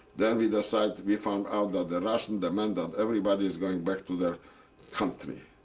then we decide we found out that the russian demanded everybody is going back to their country.